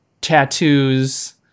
tattoos